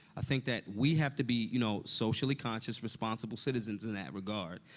i think that we have to be, you know, socially conscious, responsible citizens in that regard.